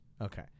Okay